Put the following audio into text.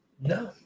No